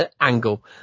angle